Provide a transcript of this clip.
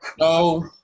No